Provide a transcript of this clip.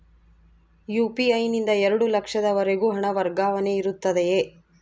UPI ನಿಂದ ಎರಡು ಲಕ್ಷದವರೆಗೂ ಹಣ ವರ್ಗಾವಣೆ ಇರುತ್ತದೆಯೇ?